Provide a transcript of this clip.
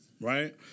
right